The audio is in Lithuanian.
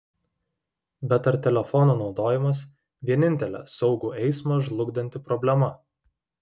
bet ar telefono naudojimas vienintelė saugų eismą žlugdanti problema